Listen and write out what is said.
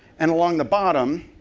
and along the bottom,